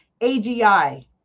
AGI